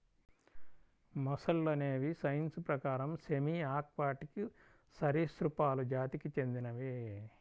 మొసళ్ళు అనేవి సైన్స్ ప్రకారం సెమీ ఆక్వాటిక్ సరీసృపాలు జాతికి చెందినవి